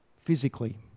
physically